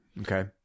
Okay